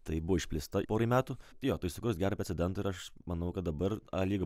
tai buvo išplėsta porai metų jo tai sukurs gerą precedentą ir aš manau kad dabar a lyga